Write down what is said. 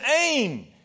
aim